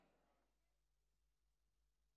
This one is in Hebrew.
אני מחדש את הישיבה.